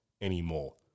anymore